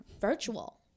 Virtual